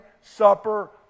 supper